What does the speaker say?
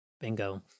Bingo